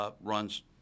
runs